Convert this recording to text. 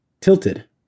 tilted